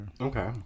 okay